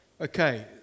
Okay